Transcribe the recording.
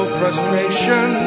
frustration